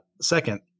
Second